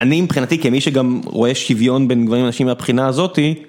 אני מבחינתי כמי שגם רואה שוויון בין גברים לנשים מהבחינה הזאת...